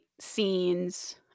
scenes